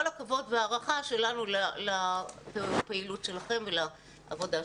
הכבוד וההערכה שלנו לפעילות לכם ולעבודה שלכם.